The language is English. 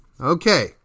Okay